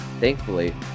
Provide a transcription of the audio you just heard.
Thankfully